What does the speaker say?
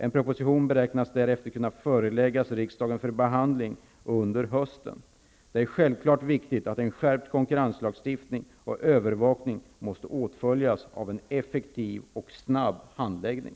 En proposition beräknas därefter kunna föreläggas riksdagen för behandling under hösten. Det är självklart viktigt att en skärpt konkurrenslagstiftning och övervakning måste åtföljas av en effektiv och snabb handläggning.